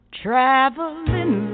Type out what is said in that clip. traveling